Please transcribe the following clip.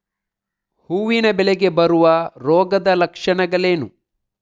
ಹೂವಿನ ಬೆಳೆಗೆ ಬರುವ ರೋಗದ ಲಕ್ಷಣಗಳೇನು?